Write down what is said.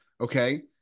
okay